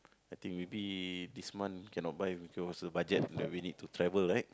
I think maybe this month cannot buy because the budget and we need to travel right